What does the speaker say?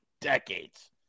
decades